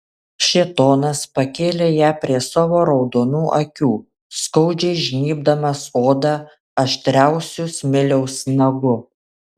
šėtonas pakėlė ją prie savo raudonų akių skaudžiai žnybdamas odą aštriausiu smiliaus nagu